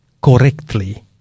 correctly